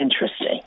Interesting